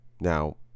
now